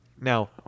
Now